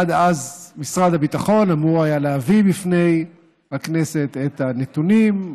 עד אז משרד הביטחון אמור היה להביא לפני הכנסת את הנתונים,